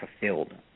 fulfilled